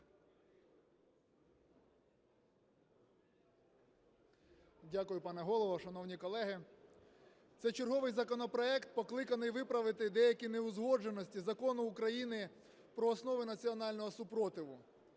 Дякую, пане Голово. Шановні колеги, це черговий законопроект, покликаний виправити деякі неузгодженості Закону України "Про основи національного спротиву".